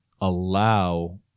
allow